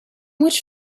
which